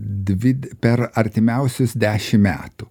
dvi per artimiausius dešimt metų